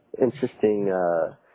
interesting